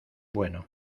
bueno